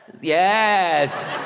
Yes